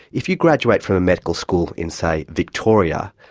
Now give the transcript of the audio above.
if you graduate from a medical school in, say, victoria,